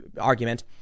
argument